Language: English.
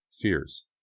Fears